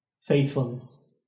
faithfulness